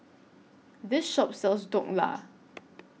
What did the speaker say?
This Shop sells Dhokla